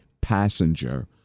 passenger